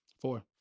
Four